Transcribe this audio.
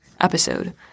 episode